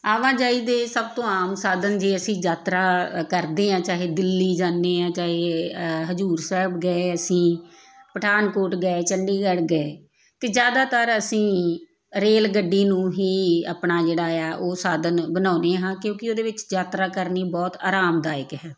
ਆਵਾਜਾਈ ਦੇ ਸਭ ਤੋਂ ਆਮ ਸਾਧਨ ਜੇ ਅਸੀਂ ਯਾਤਰਾ ਅ ਕਰਦੇ ਹਾਂ ਚਾਹੇ ਦਿੱਲੀ ਜਾਂਦੇ ਹਾਂ ਚਾਹੇ ਹਜ਼ੂਰ ਸਾਹਿਬ ਗਏ ਅਸੀਂ ਪਠਾਨਕੋਟ ਗਏ ਚੰਡੀਗੜ੍ਹ ਗਏ ਤਾਂ ਜ਼ਿਆਦਾਤਰ ਅਸੀਂ ਰੇਲ ਗੱਡੀ ਨੂੰ ਹੀ ਆਪਣਾ ਜਿਹੜਾ ਆ ਉਹ ਸਾਧਨ ਬਣਾਉਂਦੇ ਹਾਂ ਕਿਉਂਕਿ ਉਹਦੇ ਵਿੱਚ ਯਾਤਰਾ ਕਰਨੀ ਬਹੁਤ ਆਰਾਮਦਾਇਕ ਹੈ